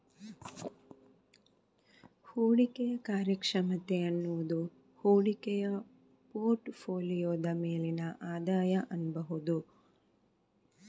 ಹೂಡಿಕೆಯ ಕಾರ್ಯಕ್ಷಮತೆ ಅನ್ನುದು ಹೂಡಿಕೆ ಪೋರ್ಟ್ ಫೋಲಿಯೋದ ಮೇಲಿನ ಆದಾಯ ಅನ್ಬಹುದು